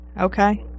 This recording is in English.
Okay